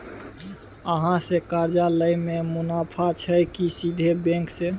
अहाँ से कर्जा लय में मुनाफा छै की सीधे बैंक से?